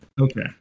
Okay